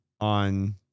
on